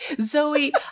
zoe